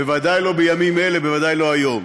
בוודאי לא בימים אלה, בוודאי לא היום.